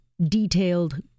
detailed